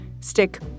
Stick